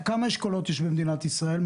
אבל כמה אשכולות יש במדינת ישראל?